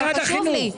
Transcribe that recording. זה חשוב לי.